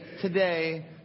today